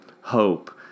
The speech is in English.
hope